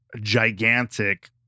gigantic